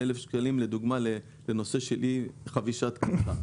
להגדיל מ-250 שקלים ל-1,000 שקלים בנושא של אי חבישת קסדה.